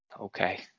Okay